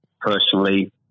personally